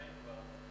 משוכנעים כבר.